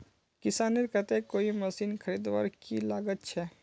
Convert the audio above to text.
किसानेर केते कोई मशीन खरीदवार की लागत छे?